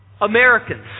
Americans